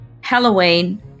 Halloween